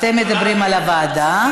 אתם מדברים על הוועדה.